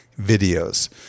videos